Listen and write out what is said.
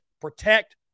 protect